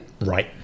Right